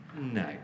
No